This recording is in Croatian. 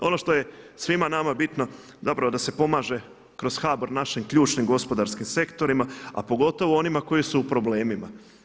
Ono što je svima nama bitno zapravo da se pomaže kroz HBOR našim ključnim gospodarskim sektorima, a pogotovo onima koji su u problemima.